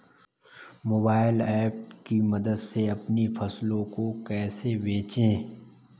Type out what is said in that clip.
Mobile app की मदद से अपनी फसलों को कैसे बेचें?